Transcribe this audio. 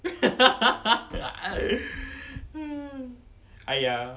!aiya!